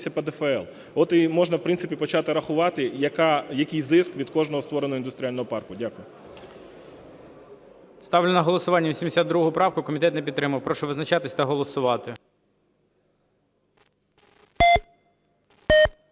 От і можна, в принципі, почати рахувати, який зиск від кожного створеного індустріального парку. Дякую. ГОЛОВУЮЧИЙ. Ставлю на голосування 82 правку. Комітет не підтримав. Прошу визначатись та голосувати.